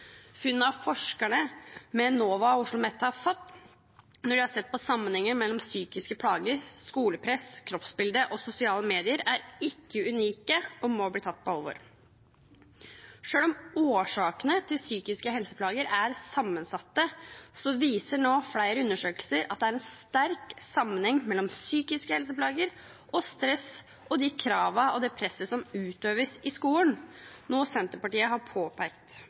bakgrunn av de alarmerende resultatene fra Ungdata-undersøkelsen. Funnene forskerne ved NOVA og OsloMet har fått, når de har sett på sammenhengen mellom psykiske plager, skolepress, kroppsbilde og sosiale medier, er ikke unike og må bli tatt på alvor. Selv om årsakene til psykiske helseplager er sammensatte, viser nå flere undersøkelser at det er en sterk sammenheng mellom psykiske helseplager, stress og de krav og det presset som utøves i skolen – noe Senterpartiet har